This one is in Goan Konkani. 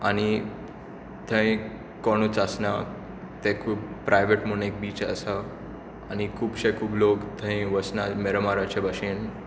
आनी थंय कोणूच आसना तें खूब प्रायवेट म्हूण एक बीच आसा आनी खुबशे खूब लोक थंय वचना मिरामारचे भशेन